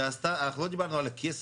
שאנחנו לא דיברנו על הכסף,